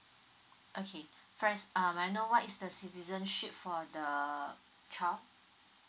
okay first uh I know what is the citizenship for the child